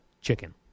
chicken